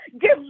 Give